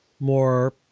more